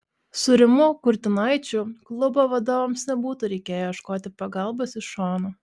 su rimu kurtinaičiu klubo vadovams nebūtų reikėję ieškoti pagalbos iš šono